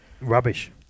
rubbish